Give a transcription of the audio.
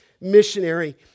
missionary